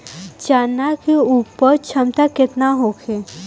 चना के उपज क्षमता केतना होखे?